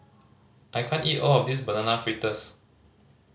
I can't eat all of this Banana Fritters